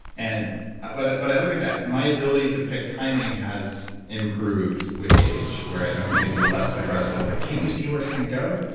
and ah but but i look at that. my ability to pick timing has improved with age, where i'm maybe less aggressive like can't you see where it's gonna go?